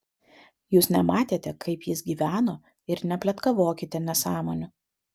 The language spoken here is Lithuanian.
jūs nematėte kaip jis gyveno ir nepletkavokite nesąmonių